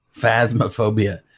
Phasmophobia